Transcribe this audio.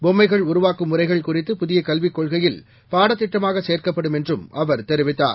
பொம்மைகள்உருவாக்கும்முறைகள்குறித்துபுதியகல்விக் கொள்கையில்பாடத்திட்டமாகசேர்க்கப்படும்என்றும்அவர் தெரிவித்தார்